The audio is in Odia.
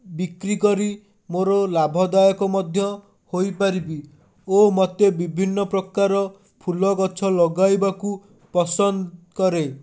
ବିକ୍ରି କରି ମୋର ଲାଭଦାୟକ ମଧ୍ୟ ହୋଇପାରିବି ଓ ମୋତେ ବିଭିନ୍ନପ୍ରକାର ଫୁଲଗଛ ଲଗାଇବାକୁ ପସନ୍ଦ କରେ